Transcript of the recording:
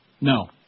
No